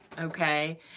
okay